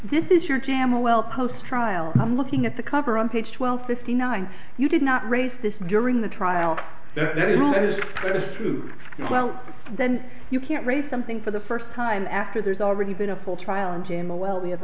this is your jamma well post trial i'm looking at the cover on page twelve fifty nine you did not raise this during the trial because it is true well then you can't raise something for the first time after there's already been a full trial and in the well we have